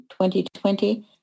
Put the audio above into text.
2020